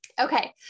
Okay